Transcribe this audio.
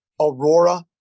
Aurora